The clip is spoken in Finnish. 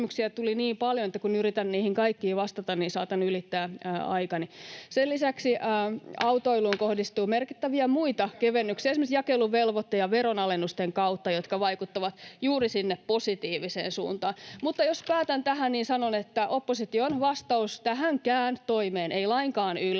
[Puhemies koputtaa — Naurua — Aki Lindén: Ei mekään saada ylittää!] — Sen lisäksi autoiluun kohdistuu merkittäviä muita kevennyksiä, esimerkiksi jakeluvelvoitteen ja veronalennusten kautta, jotka vaikuttavat juuri sinne positiiviseen suuntaan. Jos päätän tähän, niin sanon, että opposition vastaus tähänkään toimeen ei lainkaan